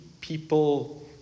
people